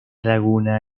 laguna